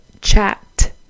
chat